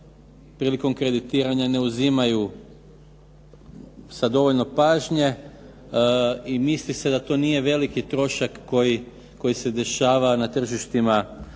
prilikom kreditiranja ne uzimaju sa dovoljno pažnje i misli se da to nije veliki trošak koji se dešava na tržištima